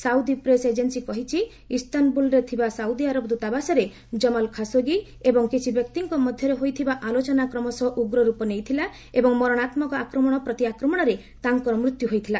Saudi press agency କହିଛି ଇସ୍ତାନବ୍ରଲରେ ଥିବା ସାଉଦି ଆରବ ଦ୍ୱତାବାସରେ ଜମାଲ୍ ଖାସୋଗୀ ଏବଂ କିଛି ବ୍ୟକ୍ତିଙ୍କ ମଧ୍ୟରେ ହୋଇଥିବା ଆଲୋଚନା କ୍ରମଶଃ ଉଗ୍ର ରୂପ ନେଇଥିଲା ଏବଂ ମରଣାନ୍ତକ ଆକ୍ରମଣ ପ୍ରତିଆକ୍ରମଣରେ ତାଙ୍କର ମୃତ୍ୟୁ ହୋଇଥିଲା